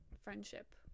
friendship